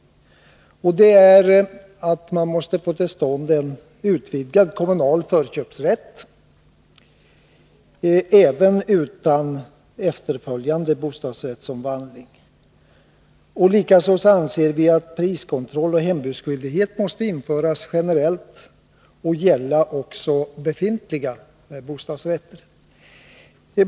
Vi anser att man måste få till stånd en utvidgad kommunal förköpsrätt även utan efterföljande bostadsrättsomvandling. Likaså anser vi att priskontroll och hembudsskyldighet måste införas generellt och gälla även befintliga bostadsrätter.